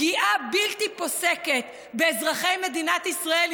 פגיעה בלתי פוסקת באזרחי מדינת ישראל,